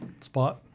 spot